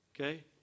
Okay